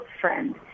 friend